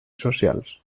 socials